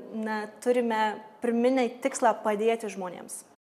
na turime pirminį tikslą padėti žmonėms